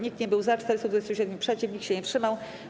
Nikt nie był za, 427 - przeciw, nikt się nie wstrzymał.